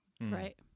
Right